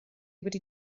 wedi